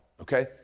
okay